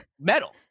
metal